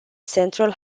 central